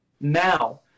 Now